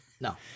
No